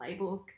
Playbook